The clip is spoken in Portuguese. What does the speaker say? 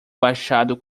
baixado